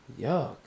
Yuck